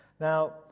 Now